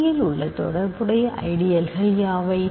Ct இல் உள்ள தொடர்புடைய ஐடியல்கள் யாவை